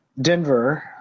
Denver